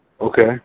Okay